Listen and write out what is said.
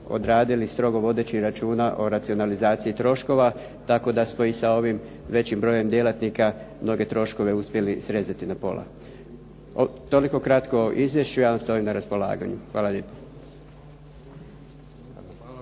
odradili strogo vodeći računa o racionalizaciji troškova tako da smo i sa ovim većim brojem djelatnika mnoge troškove uspjeli srezati na pola. Toliko kratko o izvješću. Ja vam stojim na raspolaganju. Hvala lijepo.